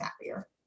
happier